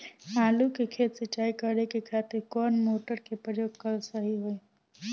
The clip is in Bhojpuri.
आलू के खेत सिंचाई करे के खातिर कौन मोटर के प्रयोग कएल सही होई?